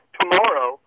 tomorrow